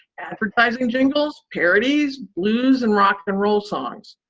advertising jingles, parodies, blues, and rock and roll songs.